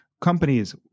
companies